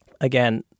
Again